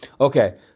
Okay